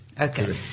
Okay